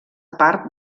part